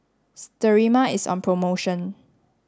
Sterimar is on promotion